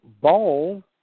ball